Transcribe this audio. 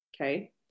Okay